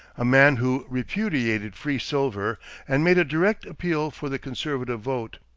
a man who repudiated free silver and made a direct appeal for the conservative vote.